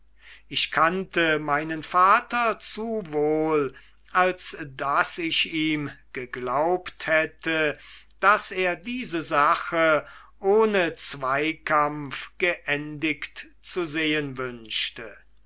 ich kannte meinen vater zu wohl als daß ich ihm geglaubt hätte daß er diese sache ohne zweikampf geendigt zu sehen wünschte